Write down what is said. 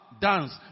dance